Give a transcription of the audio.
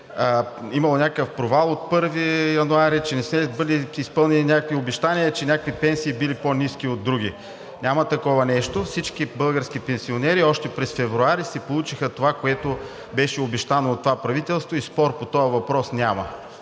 имало някакъв провал от 1 януари, че не се били изпълнили някакви обещания, че някакви пенсии били по-ниски от други. Няма такова нещо. Всички български пенсионери още през февруари си получиха това, което беше обещано от това правителство, и спор по този въпрос няма.